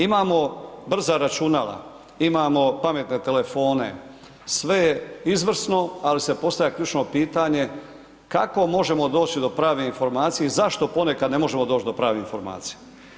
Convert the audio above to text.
Imamo brza računala, imamo pametne telefone, sve je izvrsno ali se postavlja ključno pitanje kako možemo doći do prave informacije i zašto ponekad ne možemo doći do prave informacije.